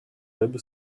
web